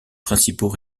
principaux